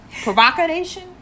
Provocation